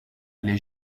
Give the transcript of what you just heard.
les